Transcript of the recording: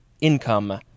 income